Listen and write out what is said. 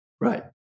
Right